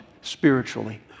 spiritually